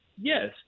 Yes